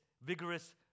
vigorous